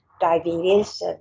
diabetes